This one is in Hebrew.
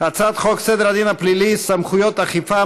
הצעת חוק סדר הדין הפלילי (סמכויות אכיפה,